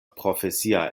profesia